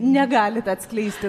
negalit atskleisti